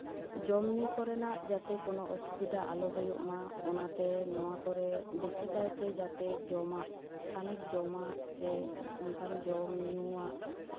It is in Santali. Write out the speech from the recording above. ᱡᱚᱢ ᱧᱩ ᱠᱚᱨᱮᱱᱟᱜ ᱡᱟᱛᱮ ᱠᱳᱱᱳ ᱚᱥᱩᱵᱤᱫᱷᱟ ᱟᱞᱚ ᱦᱩᱭᱩᱜ ᱢᱟ ᱚᱱᱟᱛᱮ ᱱᱚᱣᱟ ᱠᱚᱨᱮᱜ ᱵᱮᱥᱤ ᱠᱟᱭᱛᱮ ᱡᱟᱛᱮ ᱡᱚᱢᱟᱜ ᱛᱷᱟᱹᱱᱤᱛ ᱡᱚᱢᱟᱜ ᱥᱮ ᱚᱱᱠᱟᱱ ᱡᱚᱢ ᱧᱩᱣᱟᱜ